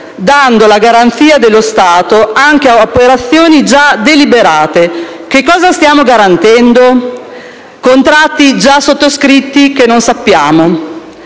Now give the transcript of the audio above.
offrendo la garanzia dello Stato anche ad operazioni già deliberate. Che cosa stiamo garantendo? Contratti già sottoscritti, che non conosciamo.